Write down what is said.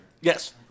Yes